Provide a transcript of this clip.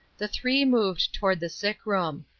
the three moved toward the sick-room.